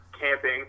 camping